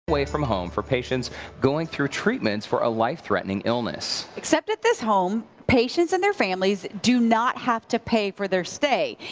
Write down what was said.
away from home for patients going through treatments for a life-threatening illness. except at this home, patients and their families do not have to pay for their stay.